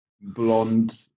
blonde